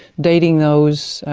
dating those.